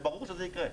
ברור שזה יקרה.